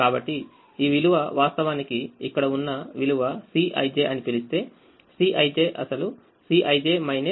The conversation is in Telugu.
కాబట్టి ఈ విలువ వాస్తవానికి ఇక్కడ ఉన్న విలువCꞌij అని పిలిస్తే Cꞌij అసలు Cij ui కు సమానం